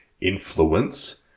influence